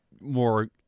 more